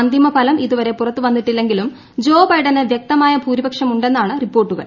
അന്തിമ ഫലം ഇതുവരെ പുറത്തു വന്നിട്ടില്ലെങ്കിലും ജോ ബൈഡന് വൃക്തമായ ഭൂരിപക്ഷമുണ്ടെന്നാണ് റിപ്പോർട്ടുകൾ